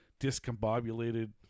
discombobulated –